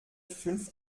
fünf